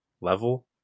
level